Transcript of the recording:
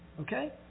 Okay